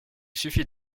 suffit